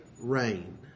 rain